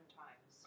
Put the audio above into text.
times